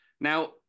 Now